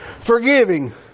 forgiving